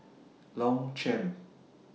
Longchamp